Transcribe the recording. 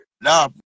Nah